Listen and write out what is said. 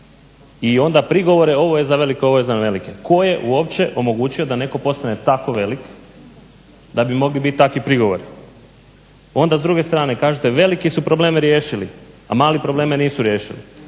i onda prigovore ovo je za velike, ovo je za velike. Tko je uopće omogućio da netko postane tako velik da bi mogli biti takvi prigovori. Onda s druge strane kažete veliki su probleme riješili, a mali probleme nisu riješili.